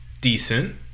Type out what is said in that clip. Decent